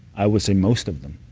i would say most of them,